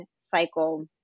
cycle